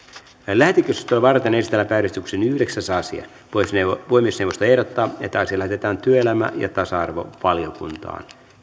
lähetekeskustelua varten esitellään päiväjärjestyksen yhdeksäs asia puhemiesneuvosto ehdottaa että asia lähetetään työelämä ja tasa arvovaliokuntaan